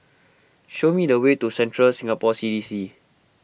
show me the way to Central Singapore C D C